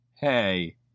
hey